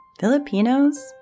Filipinos